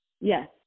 Yes